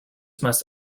must